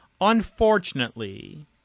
Unfortunately